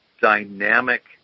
Dynamic